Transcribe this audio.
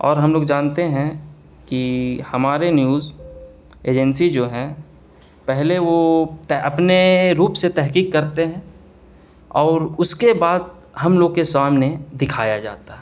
اور ہم لوگ جانتے ہیں کہ ہمارے نیوز ایجنسی جو ہے پہلے وہ اپنے روپ سے تحقیق کرتے ہیں اور اس کے بعد ہم لوگ کے سامنے دکھایا جاتا ہے